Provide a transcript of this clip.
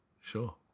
sure